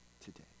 today